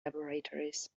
laboratories